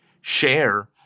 share